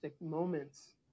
moments